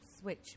switch